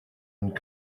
and